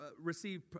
receive